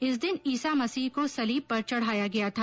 इस दिन ईसा मसीह को सलीब पर चढ़ाया गया था